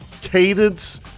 cadence